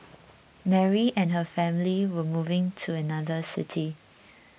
Mary and her family were moving to another city